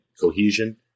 cohesion